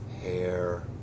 hair